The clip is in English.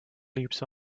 leaps